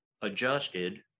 adjusted